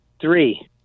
three